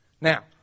now